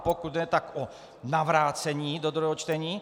A pokud ne, tak o navrácení do druhého čtení.